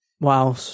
Wow